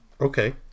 okay